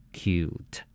cute